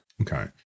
Okay